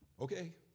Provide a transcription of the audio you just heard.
okay